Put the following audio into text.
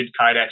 kydex